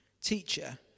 Teacher